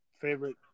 favorite